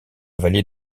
vallée